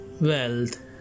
wealth